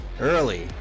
early